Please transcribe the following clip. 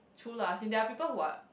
true lah since there are people who are